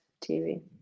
tv